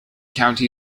county